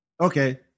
Okay